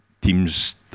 Teams